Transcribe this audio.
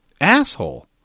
asshole